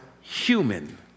human